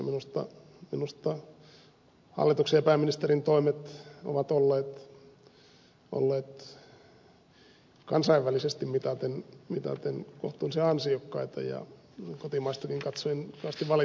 minusta hallituksen ja pääministerin toimet ovat olleet kansainvälisesti mitaten kohtuullisen ansiokkaita eikä kotimaastakaan katsoen kovasti valittamista ole